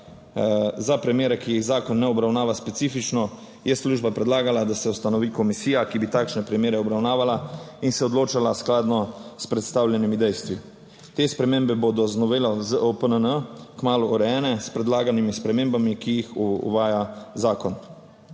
Za primere, ki jih zakon ne obravnava specifično, je služba predlagala, da se ustanovi komisija, ki bi takšne primere obravnavala in se odločala skladno s predstavljenimi dejstvi. Te spremembe bodo z novelo ZOPNN kmalu urejene s predlaganimi spremembami, ki jih uvaja zakon.